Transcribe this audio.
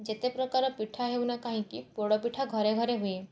ଯେତେ ପ୍ରକାର ପିଠା ହେଉନା କାହିଁକି ପୋଡ଼ପିଠା ଘରେ ଘରେ ହୁଏ